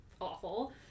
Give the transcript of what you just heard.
awful